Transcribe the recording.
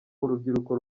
urubyiruko